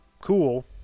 Cool